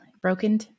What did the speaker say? broken